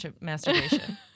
masturbation